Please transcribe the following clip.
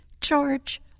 George